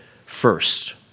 first